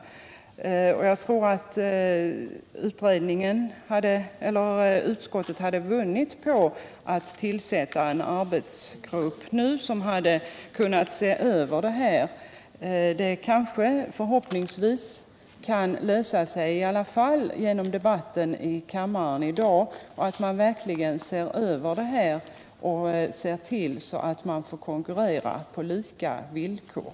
Utskottet hade vunnit på att tillsätta en arbetsgrupp som hade kunnat se över dessa förhållanden. Det kan förhoppningsvis lösa sig i alla fall som en följd av debatten i kammaren i dag, om den leder till att man verkligen ser över förhållandena och skapar en konkurrens på lika villkor.